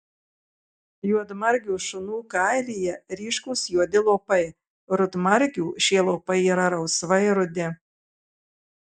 juodmargių šunų kailyje ryškūs juodi lopai rudmargių šie lopai yra rausvai rudi